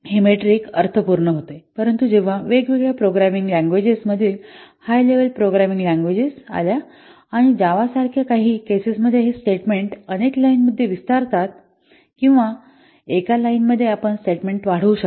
हे मेट्रिक अर्थपूर्ण होते परंतु जेव्हा वेगवेगळ्या प्रोग्रामिंग भाषेतील हाय लेवल प्रोग्रामिंग लँग्वेजेस आल्या आणि जावा सारख्या काही केसेस मध्ये हे स्टेटमेंट अनेक लाईनमध्ये विस्तारतात किंवा एका लाईन मध्ये आपण स्टेटमेंट्स वाढवू शकता